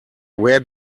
where